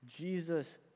Jesus